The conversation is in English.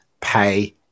pay